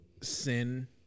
sin